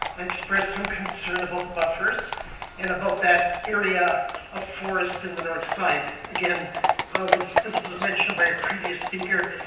i express some concern about the buffers and about that area of forest in the north side. again, as it was mentioned by a previous speaker,